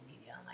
media